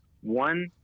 one